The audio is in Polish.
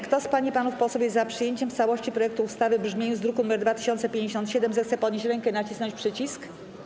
Kto z pań i panów posłów jest za przyjęciem w całości projektu ustawy w brzmieniu z druku nr 2057, zechce podnieść rękę i nacisnąć przycisk.